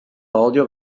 odio